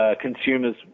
consumers